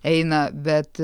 eina bet